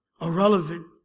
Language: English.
irrelevant